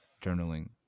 journaling